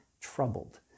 troubled